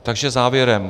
Takže závěrem.